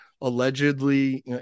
allegedly